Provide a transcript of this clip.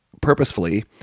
purposefully